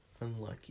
Unlucky